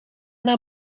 naar